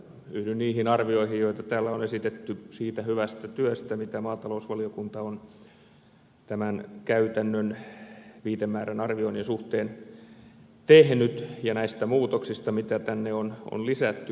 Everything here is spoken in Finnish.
yhdyn niihin arvioihin joita täällä on esitetty siitä hyvästä työstä mitä maatalousvaliokunta on tämän käytännön viitemäärän arvioinnin suhteen tehnyt ja näistä muutoksista mitä tänne on lisätty